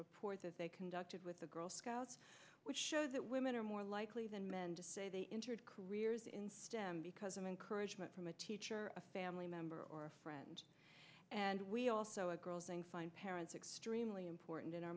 report that they conducted with the girl scouts which shows that women are more likely than men to say they entered careers in stem because of encouragement from a teacher or a family member or a friend and we also a girl thing find parents extremely important in our